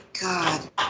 god